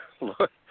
look